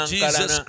Jesus